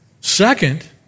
Second